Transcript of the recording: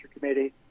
Committee